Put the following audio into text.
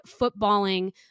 footballing